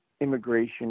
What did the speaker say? immigration